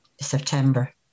September